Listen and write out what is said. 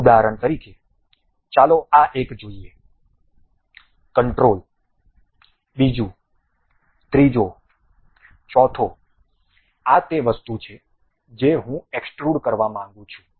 ઉદાહરણ તરીકે ચાલો આ એક જોઈએ કંટ્રોલ બીજું ત્રીજો ચોથો આ તે વસ્તુ છે જે હું એક્સ્ટ્રુડ કરવા માંગું છું